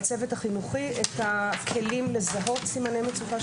לצוות החינוכי את הכלים לזהות סימני מצוקה של ילדים.